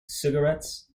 cigarettes